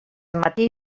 matí